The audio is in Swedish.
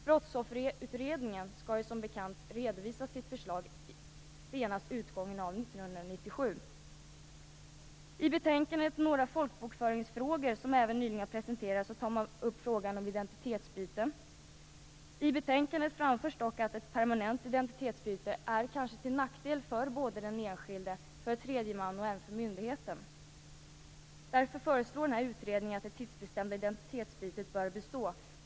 Brottsofferutredningen skall ju som bekant redovisa sitt förslag senast utgången av 1997. I betänkandet Några folkbokföringsfrågor, som även nyligen har presenterats tar man upp frågan om identitetsbyten. I betänkandet framförs dock att ett permanent identitetsbyte kanske är till nackdel för den enskilde såväl som för tredje man och myndigheten. Därför föreslår utredningen att det tidsbestämda identitetsbytet bör bestå.